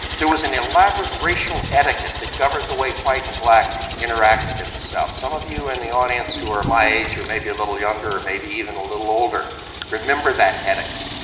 there was an elaborate racial etiquette that governed the way white and black interacted in the south. some of you in and the audience who are my age or maybe a little younger or maybe even a little older remember that etiquette.